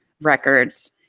records